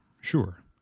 sure